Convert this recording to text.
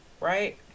right